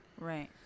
Right